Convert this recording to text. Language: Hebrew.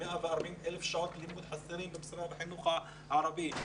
140,000 שעות לימוד חסרות בחינוך הערבי.